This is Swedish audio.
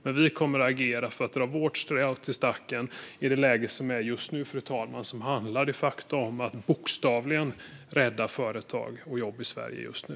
Men vi kommer att agera för att dra vårt strå till stacken i det läge som råder just nu. Det handlar de facto om att bokstavligen rädda jobb och företag i Sverige just nu.